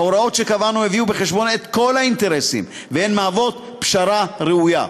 ההוראות שקבענו הביאו בחשבון את כל האינטרסים והן מהוות פשרה ראויה.